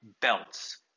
belts